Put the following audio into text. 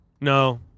No